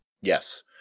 Yes